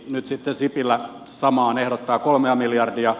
nyt sitten sipilä samaan ehdottaa kolmea miljardia